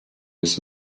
miss